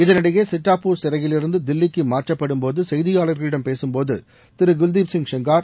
இதனிடையே சிட்டாப்பூர் சிறையிலிருந்து தில்லிக்கு மாற்றப்படும்போது செய்தியாளர்களிடம் பேசும்போது திரு குல்தீப் சிங் ஷெங்கார்